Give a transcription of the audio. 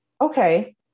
okay